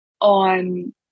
on